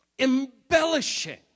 Embellishing